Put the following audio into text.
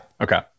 Okay